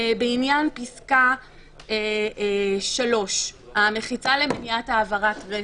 בעניין פסקה (3), המחיצה למניעת העברת רסס,